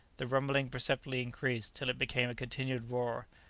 the rumbling perceptibly increased till it became a continued roar.